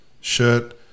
shirt